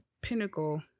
pinnacle